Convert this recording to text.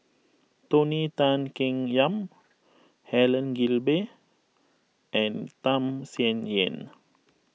Tony Tan Keng Yam Helen Gilbey and Tham Sien Yen